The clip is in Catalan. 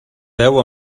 deu